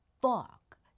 fuck